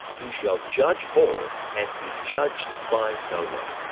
who shall judge all and be judged by no one.